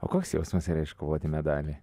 o koks jausmas yra iškovoti medalį